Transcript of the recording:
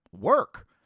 work